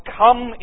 come